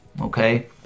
okay